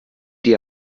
die